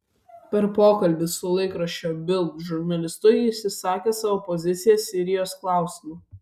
per pokalbį su laikraščio bild žurnalistu jis išsakė savo poziciją sirijos klausimu